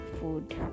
food